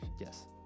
Yes